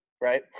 right